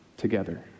Together